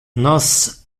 nos